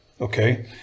Okay